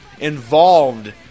involved